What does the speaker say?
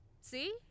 See